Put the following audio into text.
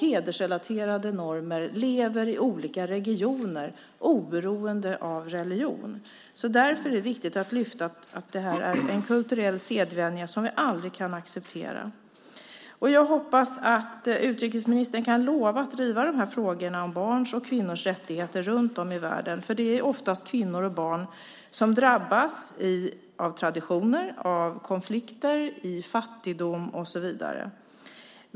Hedersrelaterade normer lever i olika regioner oberoende av religion. Därför är det viktigt att lyfta fram att det är en kulturell sedvänja som vi aldrig kan acceptera. Jag hoppas att utrikesministern kan lova att driva frågorna om barns och kvinnors rättigheter runt om i världen, för det är oftast kvinnor och barn som drabbas av traditioner, konflikter, fattigdom och så vidare.